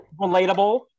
relatable